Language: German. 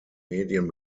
medien